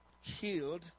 healed